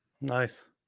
nice